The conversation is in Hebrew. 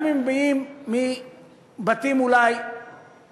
גם אם הם באים מבתים אולי קשי-יום,